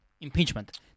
impeachment